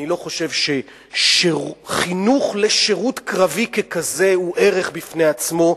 אני לא חושב שחינוך לשירות קרבי ככזה הוא ערך בפני עצמו,